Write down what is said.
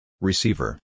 Receiver